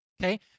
Okay